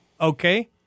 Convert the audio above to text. okay